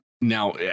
Now